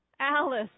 Alice